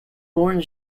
bourne